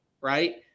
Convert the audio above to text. right